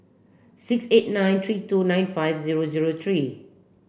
six eight nine three two nine five zero zero three